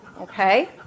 Okay